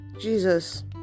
Jesus